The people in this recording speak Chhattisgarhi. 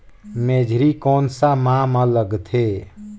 मेझरी कोन सा माह मां लगथे